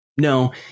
No